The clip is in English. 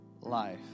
life